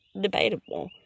debatable